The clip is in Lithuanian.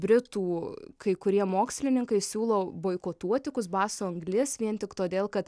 britų kai kurie mokslininkai siūlo boikotuoti kuzbaso anglis vien tik todėl kad